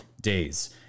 days